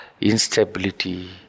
instability